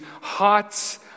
hearts